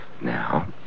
Now